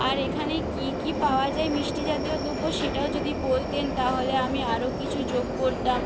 আর এখানে কী কী পাওয়া যায় মিষ্টি জাতীয় দ্রব্য সেটাও যদি বলতেন তাহলে আমি আরও কিছু যোগ করতাম